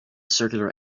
circular